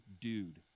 dude